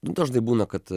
dažnai būna kad